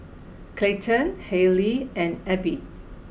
Clayton Hailey and Abie